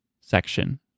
section